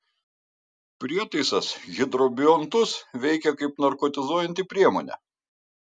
prietaisas hidrobiontus veikia kaip narkotizuojanti priemonė